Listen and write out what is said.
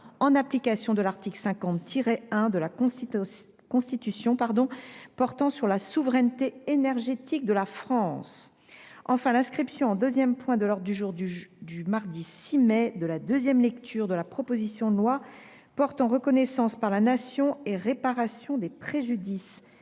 en application de l’article 50 1 de la Constitution, portant sur la souveraineté énergétique de la France ; l’inscription en deuxième point de l’ordre du jour du mardi 6 mai de la deuxième lecture de la proposition de loi portant reconnaissance par la Nation et réparation des préjudices